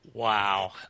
Wow